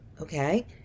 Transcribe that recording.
okay